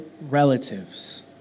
relatives